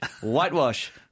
Whitewash